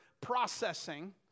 processing